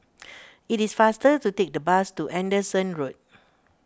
it is faster to take the bus to Anderson Road